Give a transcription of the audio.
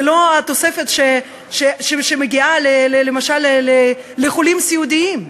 ללא התוספת שמגיעה, למשל, לחולים סיעודיים,